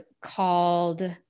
called